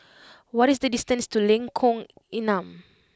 what is the distance to Lengkong Enam